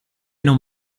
non